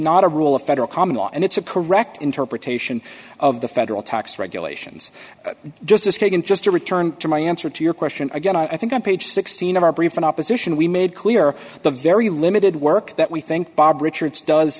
not a rule of federal common law and it's a correct interpretation of the federal tax regulations justice kagan just to return to my answer to your question again i think on page sixteen of our brief in opposition we made clear the very limited work that we think bob richards does